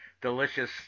delicious